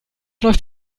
läuft